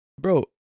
Bro